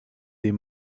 des